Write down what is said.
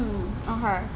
mm okay